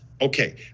Okay